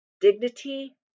dignity